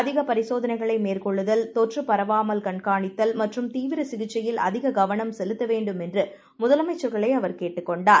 அதிகபரிசோதனைகளைமேற்கொள்ளுதல் தொற்றுபரவாமல்கண்காணித்தல்மற்றும்தீவிரசிகிச்சை யில்அதிககவனம்செலுத்தவேண்டும்என்றுமுதலமைச்ச ர்களைஅவர்கேட்டுக்கொண்டார்